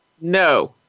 No